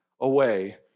away